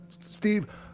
Steve